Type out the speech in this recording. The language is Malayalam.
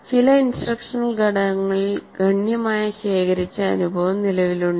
ചില ഇൻസ്ട്രക്ഷണൽ ഘടകങ്ങളിൽ ഗണ്യമായ ശേഖരിച്ച അനുഭവം നിലവിലുണ്ട്